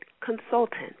consultant